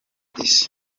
isi